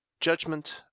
Judgment